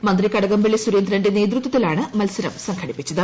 മന്ത്രി കടകംപള്ളി സു്ഴേന്ദ്രന്റെ നേതൃത്വത്തിലാണ് മത്സരം സംഘടിപ്പിച്ചത്